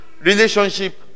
relationship